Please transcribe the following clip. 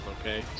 okay